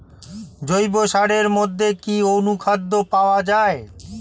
জৈব সারের মধ্যে কি অনুখাদ্য পাওয়া যায়?